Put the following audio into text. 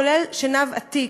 כולל שנהב עתיק.